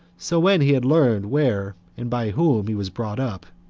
so when he had learned where and by whom he was brought up,